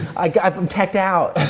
i'm teched out.